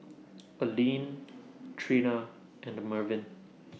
Aleen Trina and Mervin